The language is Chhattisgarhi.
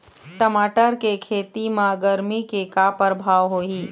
टमाटर के खेती म गरमी के का परभाव होही?